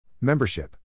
Membership